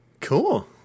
Cool